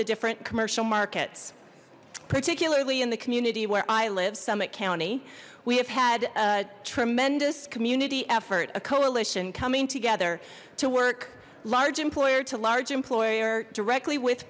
the different commercial markets particularly in the community where i live summit county we have had a tremendous community effort a coalition coming together to work large employer to large employer directly with